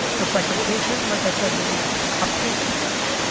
there's segmentation, like i said, between application tiers.